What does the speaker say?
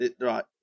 right